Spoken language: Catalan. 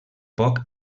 poc